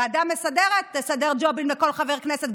ועדה מסדרת תסדר ג'ובים לכל חבר כנסת,